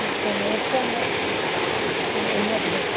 ஓகேங்க எப்போதுங்க என்ன என்ன டேட்